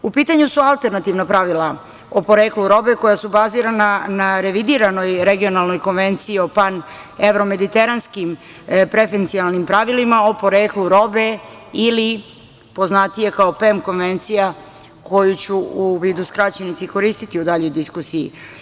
U pitanju su alternativna pravila o poreklu robe koja su bazirana na revidiranoj regionalnog konvenciji o panevromediteranskim prefenkcionalnim pravilima o poreklu robe ili poznatije, kao PEM konvencija koju ću u vidu skraćenici koristi u daljoj diskusiji.